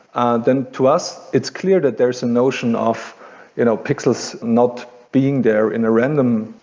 ah then to us it's clear that there's a notion of you know pixels not being there in a random,